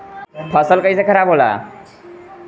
फसल कैसे खाराब होला?